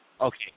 Okay